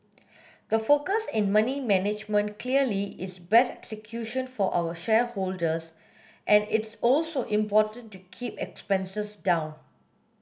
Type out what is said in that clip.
the focus in money management clearly is best execution for our shareholders and it's also important to keep expenses down